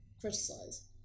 criticize